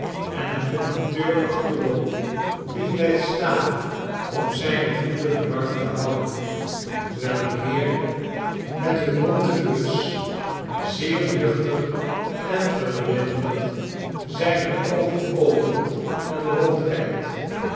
en een conducteur achterop die blijft staan om zijne voeten warm te houden terwijl een heer met eene bonte muts zeer nuchter en verwilderd zijne oogen opent en rondkijkt